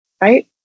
right